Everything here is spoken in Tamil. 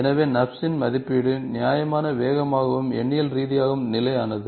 எனவே நர்ப்ஸ் இன் மதிப்பீடு நியாயமான வேகமாகவும் எண்ணியல் ரீதியாகவும் நிலையானது